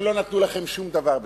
הם לא נתנו לכם שום דבר בתמורה.